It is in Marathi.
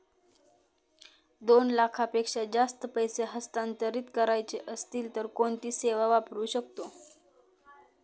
दोन लाखांपेक्षा जास्त पैसे हस्तांतरित करायचे असतील तर कोणती सेवा वापरू शकतो?